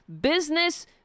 business